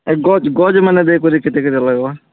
ଆର୍ ଗଛ୍ ଗଛ୍ ମାନେ ଦେଇକରି କେତେ କେତେ ଲାଗ୍ବା